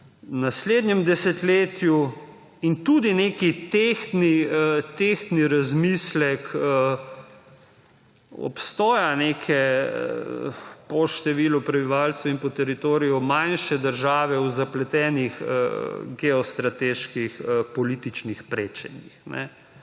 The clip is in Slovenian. naslednjem desetletju in tudi nek tehten razmislek obstoja neke, po številu prebivalcev in po teritoriju manjše države v zapletenih geostrateških političnih prečenjih.